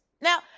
Now